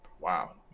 Wow